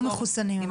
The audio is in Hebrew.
לא מחוסנים.